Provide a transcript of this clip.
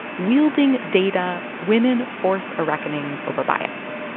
wielding data, women force a reckoning over bias.